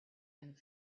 and